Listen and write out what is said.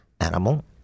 animal